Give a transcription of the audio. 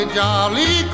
jolly